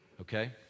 okay